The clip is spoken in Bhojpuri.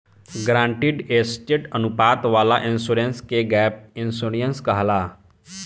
गारंटीड एसेट अनुपात वाला इंश्योरेंस के गैप इंश्योरेंस कहाला